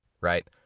right